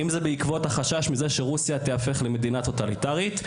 או אם זה בעקבות החשש מזה שרוסיה תיהפך למדינה טוטליטארית.